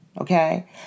Okay